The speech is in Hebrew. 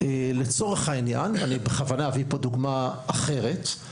לצורך העניין אני בכוונה אביא פה דוגמה אחרת,